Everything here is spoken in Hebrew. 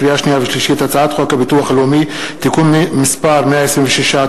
לקריאה שנייה ולקריאה שלישית: הצעת חוק הביטוח הלאומי (תיקון מס' 126),